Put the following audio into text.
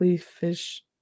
Fish